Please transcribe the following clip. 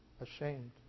ashamed